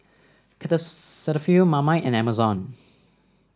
Cetaphil Marmite and Amazon